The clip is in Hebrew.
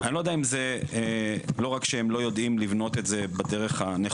אני לא יודע אם זה לא רק שהם לא יודעים לבנות את זה בדרך הנכונה,